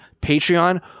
Patreon